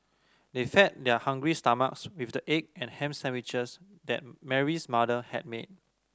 they fed their hungry stomachs with the egg and ham sandwiches that Mary's mother had made